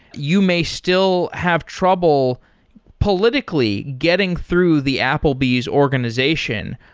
you may still have trouble politically getting through the applebee's organization,